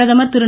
பிரதமர் திரு